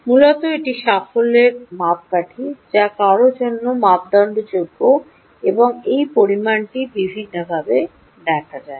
মূলত এটি সাফল্যের মাপকাঠি যা কারও জন্য মাপদণ্ডযোগ্য এবং এই পরিমাণটি বিভিন্নভাবে দেখা যায় দেখা যায়